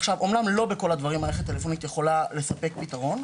אמנם לא בכל הדברים מערכת טלפונית יכולה לספק פתרון,